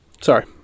Sorry